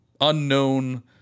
unknown